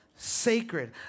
sacred